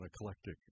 eclectic